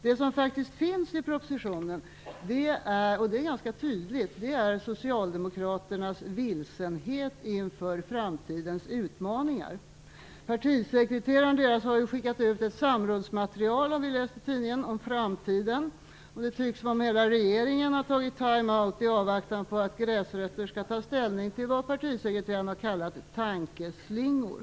Det som faktiskt ganska tydligt finns i propositionen är Socialdemokraternas vilsenhet inför framtidens utmaningar. Vi har läst i tidningen att deras partisekreterare har skickat ut ett samrådsmaterial om framtiden. Det tycks som om hela regeringen har tagit time out i avvaktan på att gräsrötter skall ta ställning till vad partisekreteraren har kallat "tankeslingor".